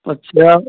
अच्छा